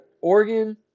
Oregon